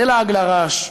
זה לעג לרש.